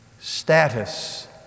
status